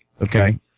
Okay